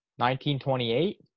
1928